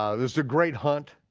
um this is a great hunt,